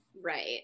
right